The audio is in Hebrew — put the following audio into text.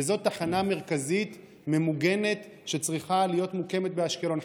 וזאת תחנה מרכזית ממוגנת שצריכה להיות מוקמת באשקלון.